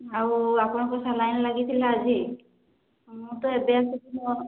ଆଉ ଆପଣଙ୍କୁ ସାଲାଇନ ଲାଗିଥିଲା ଆଜି ମୁଁ ତ ଏବେ ଆସିଲି ମୁଁ ଆଉ